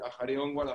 אחרי אונגוורד,